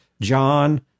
John